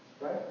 Right